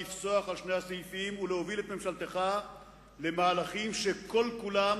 לפסוח על שתי הסעיפים ולהוביל את ממשלתך למהלכים שכל-כולם